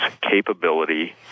capability